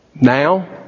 Now